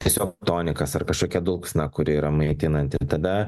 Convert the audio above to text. tiesiog tonikas ar kažkokia dulksna kuri yra maitinanti ir tada